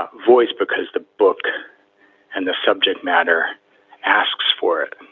ah voice because the book and the subject matter asks for it.